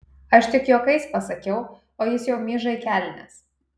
aš tik juokais pasakiau o jis jau myža į kelnes